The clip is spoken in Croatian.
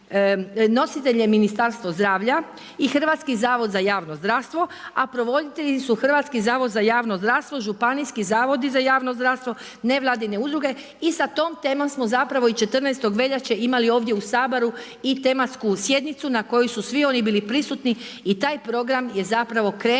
Nositelj je Ministarstvo zdravlja i Hrvatski zavod za javno zdravstvo, a provoditelji su Hrvatski zavod za javno zdravstvo, županijski zavodi za javno zdravstvo, nevladine udruge i sa tom temom smo zapravo i 14. veljače imali ovdje u Saboru i tematsku sjednicu na kojoj su svi oni bili prisutni. I taj program je zapravo krenuo